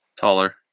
Taller